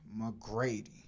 McGrady